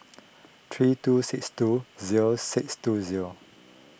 three two six two zero six two zero